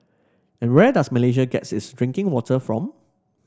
and where does Malaysia get its drinking water from